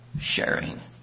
sharing